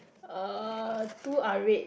uh two are red